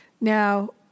Now